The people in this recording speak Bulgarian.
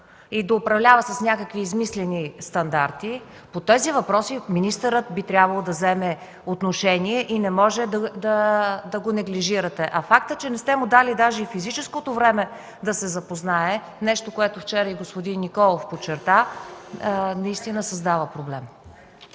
и да управлява с някакви измислени стандарти, по тези въпроси министърът би трябвало да вземе отношение и не може да го неглижирате. Фактът, че не сте му дали даже и физическото време да се запознае – нещо, което вчера и господин Николов подчерта, наистина създава проблем.